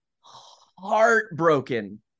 heartbroken